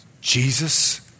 Jesus